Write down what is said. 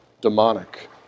demonic